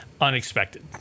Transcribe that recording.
unexpected